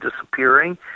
disappearing